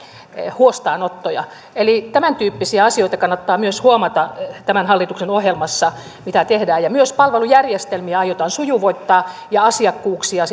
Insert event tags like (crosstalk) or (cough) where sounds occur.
huostaanottoja eli tämäntyyppisiä asioita kannattaa myös huomata tämän hallituksen ohjelmassa mitä tehdään myös palvelujärjestelmiä aiotaan sujuvoittaa ja asiakkuuksia (unintelligible)